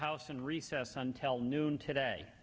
house in recess until noon today